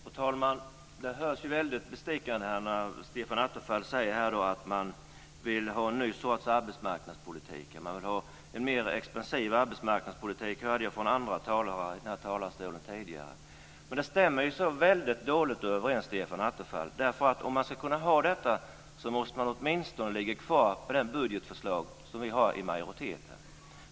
Fru talman! Det låter ju väldigt bestickande när Stefan Attefall säger att man vill ha en ny sorts arbetsmarknadspolitik, och att man vill ha en mera expansiv arbetsmarknadspolitik hörde jag från andra talare i den här talarstolen tidigare. Men det stämmer ju så väldigt dåligt, Stefan Attefall, därför att om man ska kunna ha detta måste man åtminstone ligga kvar på det budgetförslag som vi i majoriteten har.